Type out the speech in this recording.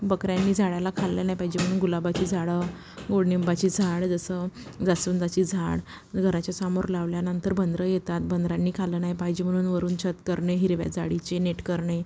बकऱ्यांनी झाड्याला खाल्लं नाही पाहिजे म्हणून गुलाबाची झाडं गोडनिंबाची झाड जसं जास्वदांची झाड घराच्या सामोर लावल्यानंतर बंदरं येतात बंदरानी खाल्लं नाही पाहिजे म्हणून वरून छत करणे हिरव्या जाडीचे नेट करणे